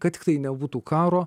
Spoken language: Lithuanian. kad tiktai nebūtų karo